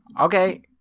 Okay